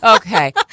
Okay